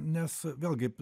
nes vėlgi